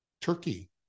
turkey